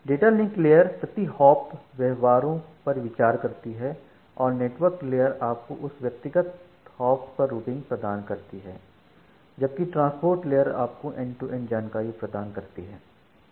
data link लेयरप्रति hop व्यवहारों पर विचार करती है और नेटवर्क लेयरआपको उस व्यक्तिगत हॉप्स पर रूटिंग प्रदान करती है जबकि ट्रांसपोर्ट लेयरआपको एंड टू एंड जानकारी प्रदान करती है